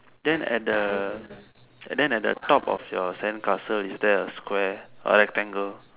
then at the then at the top of your sandcastle is there a square or rectangle